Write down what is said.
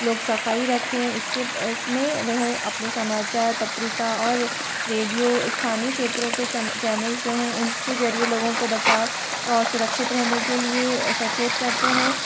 लोग सफाई रखें इसके इसमें वह अपने समाचार पत्रिका और रेडियो स्थानी क्षेत्रों के चेनल्स जो है उसके जरिए लोगों बचाव और सुरक्षित रहने के लिए सचेत करते हैं